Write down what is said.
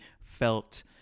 felt